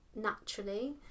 naturally